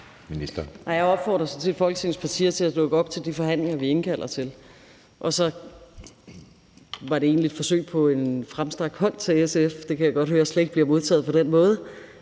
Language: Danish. jeg opfordrer sådan set Folketingets partier til at dukke op til de forhandlinger, vi indkalder til, og så var det egentlig et forsøg på en fremstrakt hånd til SF – det kan jeg godt høre slet ikke bliver modtaget på den måde